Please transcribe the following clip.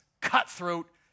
cutthroat